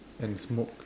and smoke